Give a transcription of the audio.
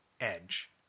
edge